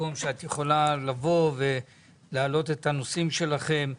מקום שאת יכולה לבוא ולהעלות את הנושאים שלכם.